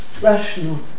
rational